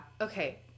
okay